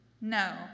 No